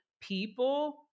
people